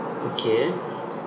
okay